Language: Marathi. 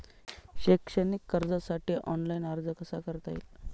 शैक्षणिक कर्जासाठी ऑनलाईन अर्ज कसा करता येईल?